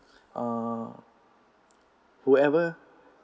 uh whoever